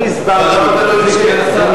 אני הסברתי, למה אתה לא יושב?